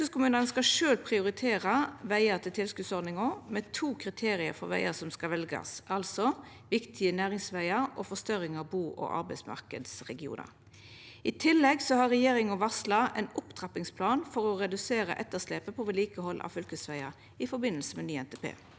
Fylkeskommunane skal sjølve prioritere vegar til tilskotsordninga, med to kriterium for vegane som skal veljast, altså viktige næringsvegar og forstørring av buog arbeidsmarknadsregionar. I tillegg har regjeringa varsla ein opptrappingsplan for å redusera etterslepet på vedlikehald av fylkesvegar i forbindelse med ny NTP.